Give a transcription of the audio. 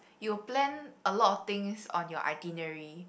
you'll plan a lot of things on your itinerary